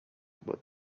but